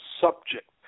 subject